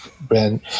Ben